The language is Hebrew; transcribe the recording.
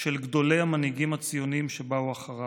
של גדולי המנהיגים הציונים שבאו אחריו: